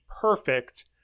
perfect